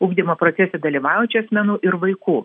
ugdymo procese dalyvaujančių asmenų ir vaikų